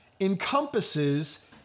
encompasses